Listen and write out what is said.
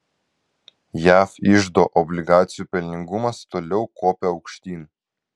jav iždo obligacijų pelningumas toliau kopia aukštyn